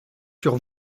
sur